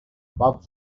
above